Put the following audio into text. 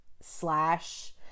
slash